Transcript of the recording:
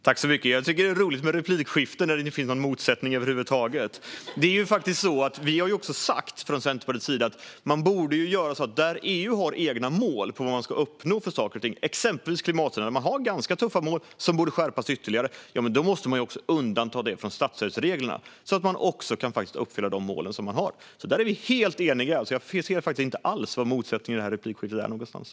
Fru talman! Jag tycker att det är roligt med ett replikskifte där det inte finns någon motsättning över huvud taget. Från Centerpartiets sida har vi ju sagt att EU:s ganska tuffa mål för vad man ska uppnå, exempelvis klimatstödet, borde skärpas ytterligare. Då måste man undanta det från statsstödsreglerna så att man kan uppfylla sina mål. Där är vi helt eniga. Jag ser faktiskt inte alls vad som är motsättningen i det här replikskiftet.